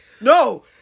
no